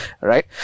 right